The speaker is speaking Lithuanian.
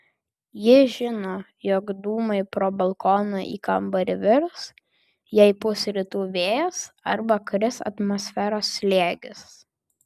ji žino jog dūmai pro balkoną į kambarį virs jei pūs rytų vėjas arba kris atmosferos slėgis